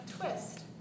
twist